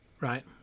right